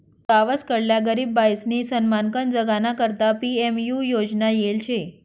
गावसकडल्या गरीब बायीसनी सन्मानकन जगाना करता पी.एम.यु योजना येल शे